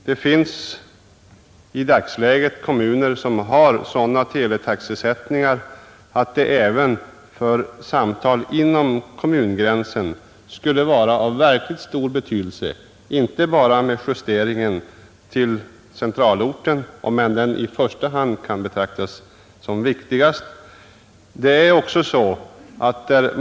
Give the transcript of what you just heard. Det finns i dagsläget kommuner som har sådana teletaxesättningar att det inte bara skulle bli fråga om justeringar av taxesättningen till centralorten inom kommungränsen, även om en sådan justering givetvis kan betraktas som den viktigaste.